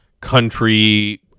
country